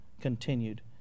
continued